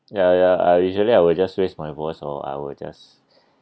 ya ya usually I will just raise my voice or I will just